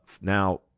now